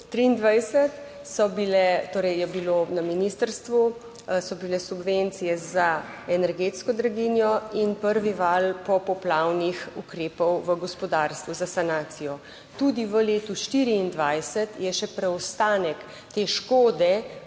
2023 so bile, torej je bilo na ministrstvu, so bile subvencije za energetsko draginjo in prvi val popoplavnih ukrepov v gospodarstvu za sanacijo. Tudi v letu 2024 je še preostanek te škode,